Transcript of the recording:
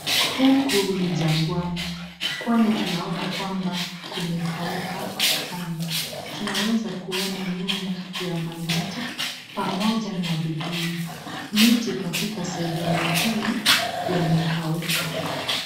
Huku ni jangwani kwani tunaona kwamba kumekauka sana. Tunaweza kuona nyumba ya Manyatta pamoja na vibuyu. Miti katika sehemu hii yamekauka.